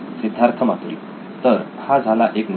सिद्धार्थ मातुरी तर हा झाला एक मुद्दा